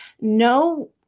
no